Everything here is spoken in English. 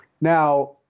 Now